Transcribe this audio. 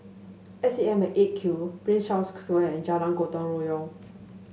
S A M at Eight Q Prince Charles Square and Jalan Gotong Royong